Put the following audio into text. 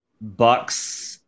Bucks